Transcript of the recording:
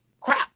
crap